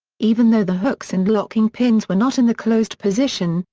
even though the hooks and locking pins were not in the closed position,